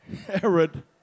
Herod